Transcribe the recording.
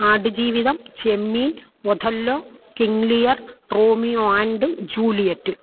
Aadu Jeevitham Chemmeen Othello King Lear Romeo and Juliet